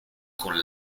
con